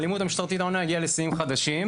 האלימות המשטרתית העונה הגיעה לשיאים חדשים.